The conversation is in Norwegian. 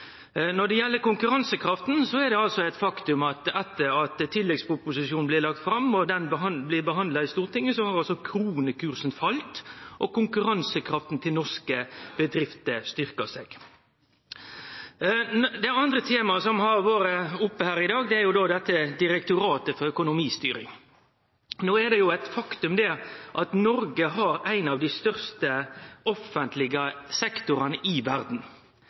Når det gjeld konkurransekrafta, er det eit faktum at frå tilleggsproposisjonen blei lagt fram og til den no blir behandla i Stortinget, har kronekursen falle og konkurransekrafta til norske bedrifter styrkt seg Det andre temaet som har vore oppe her i dag, er Direktoratet for økonomistyring. No er det eit faktum at Noreg har ein av dei største offentlege sektorane i verda.